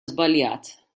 żbaljat